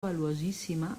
valuosíssima